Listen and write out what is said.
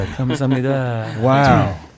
Wow